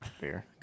beer